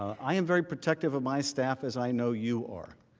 i am very protective of my staff, as i know you are.